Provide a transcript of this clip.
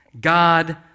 God